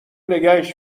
نگهش